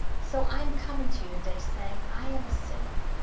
so i'm coming to you today saying i am a sinner.